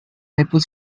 maple